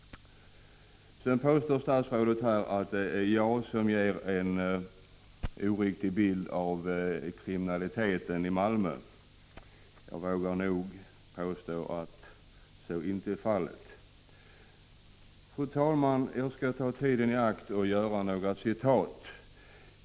Statsrådet påstår att det är jag som ger en oriktig bild av kriminaliteten i Malmö. Jag vågar påstå att så inte är fallet. Fru talman! Jag skall ta tillfället i akt och läsa upp några citat.